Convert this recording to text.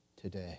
today